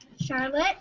Charlotte